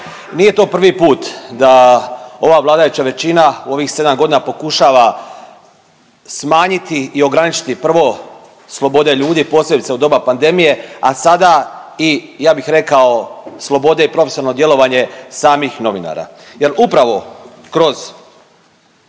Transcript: Nije to prvi put da ova vladajuća većina u ovih 7 godina pokušava smanjiti i ograničiti prvo slobode ljudi posebice u doba pandemije, a sada i ja bih rekao slobode i profesionalno djelovanje samih novinara